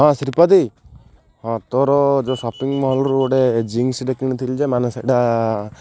ହଁ ଶ୍ରୀପଦୀ ହଁ ତୋର ଯେଉଁ ସପିଙ୍ଗ ମଲ୍ରୁୁ ଗୋଟେ ଜିନ୍ସଟେ କିଣିଥିଲି ଯେ ମାନେ ସେଇଟା